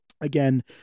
Again